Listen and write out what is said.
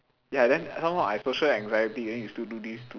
ya then some more I social anxiety then you still do this to